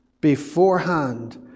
beforehand